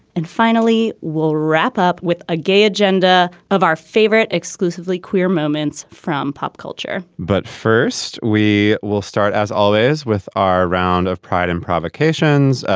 and finally, we'll wrap up with a gay agenda of our favorite exclusively queer moments from pop culture but first, we will start, as always, with our round of pride and provocations.